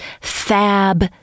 fab